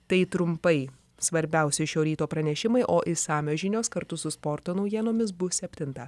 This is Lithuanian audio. tai trumpai svarbiausi šio ryto pranešimai o išsamios žinios kartu su sporto naujienomis bus septintą